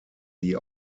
die